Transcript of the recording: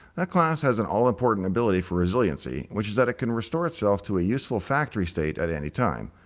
that class has an all-important ability for resiliency, which is that it can restore itself to a useful factory state at anytime.